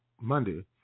Monday